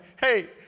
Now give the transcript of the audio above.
hey